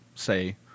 Say